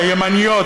הימניות,